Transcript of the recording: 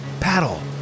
Paddle